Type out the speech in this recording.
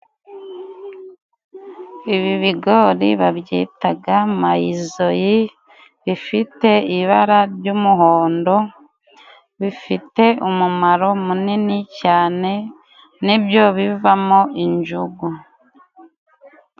Ibi bigori babyitaga mayizoyi, bifite ibara ry'umuhondo, bifite umumaro munini cyane, ni byo biva mo injugu.